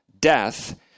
death